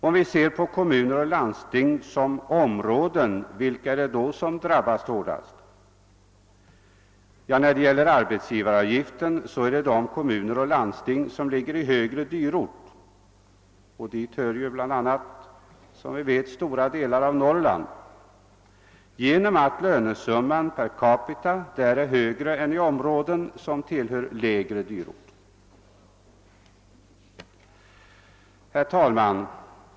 Om vi ser på kommuner och landsting som områden, vilka är det då som drabbas hårdast? När det gäller arbetsgivaravgiften är det de kommuner och landsting som ligger i högre dyrort — och dit hör som vi vet bl.a. stora delar av Norrland — eftersom lönesumman per capita där är högre än i områden som tillhör lägre dyrort. Herr talman!